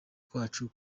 kwacu